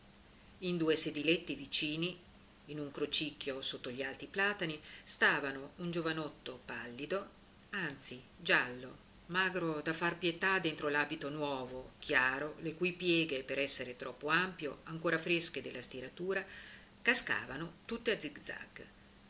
in due sediletti vicini in un crocicchio sotto gli alti platani stavano un giovanotto pallido anzi giallo magro da far pietà dentro l'abito nuovo chiaro le cui pieghe per esser troppo ampio ancora fresche della stiratura cascavano tutte a zig-zag e